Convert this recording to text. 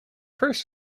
first